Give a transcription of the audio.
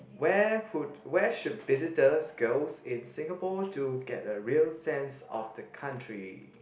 where would where should visitors goes in Singapore to get a real sense of the country